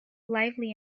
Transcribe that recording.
lively